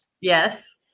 Yes